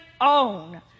own